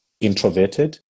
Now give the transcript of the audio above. introverted